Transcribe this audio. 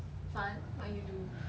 fun what you do